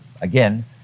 again